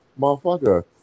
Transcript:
Motherfucker